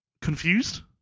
confused